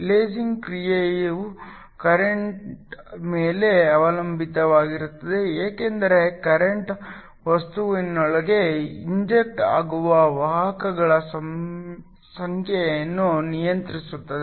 lasing ಕ್ರಿಯೆಯು current ಮೇಲೆ ಅವಲಂಬಿತವಾಗಿರುತ್ತದೆ ಏಕೆಂದರೆ ಕರೆಂಟ್ ವಸ್ತುವಿನೊಳಗೆ ಇಂಜೆಕ್ಟ್ ಆಗುವ ವಾಹಕಗಳ ಸಂಖ್ಯೆಯನ್ನು ನಿಯಂತ್ರಿಸುತ್ತದೆ